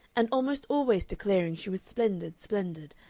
and almost always declaring she was splendid, splendid,